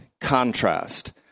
contrast